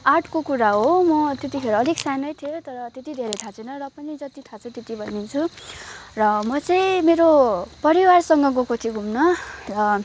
आठको कुरा हो म त्यतिखेर अलिक सानै थिएँ तर त्यति धेरै थाहा छैन र पनि जति थाहा छ त्यति भन्दिन्छु र म चाहिँ मेरो परिवारसँग गएको थिएँ घुम्न र